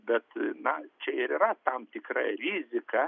bet na čia ir yra tam tikra rizika